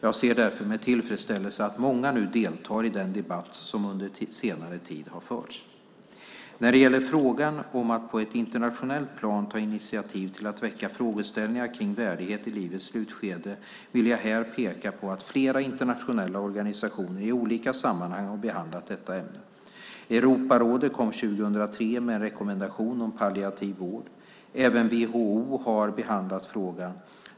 Jag ser därför med tillfredsställelse att många nu deltar i den debatt som under senare tid har förts. När det gäller frågan om att på ett internationellt plan ta initiativ till att väcka frågeställningar kring värdighet i livets slutskede vill jag här peka på att flera internationella organisationer i olika sammanhang har behandlat detta ämne. Europarådet kom år 2003 med en rekommendation om palliativ vård 24). Även WHO har behandlat frågan.